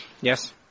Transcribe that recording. yes